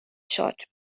short